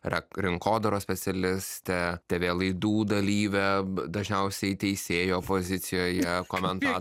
rek rinkodaros specialistė tv laidų dalyvė dažniausiai teisėjo pozicijoje komenta